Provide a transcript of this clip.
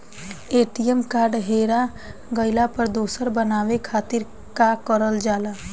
ATM card हेरा गइल पर दोसर बनवावे खातिर का करल जाला?